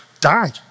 died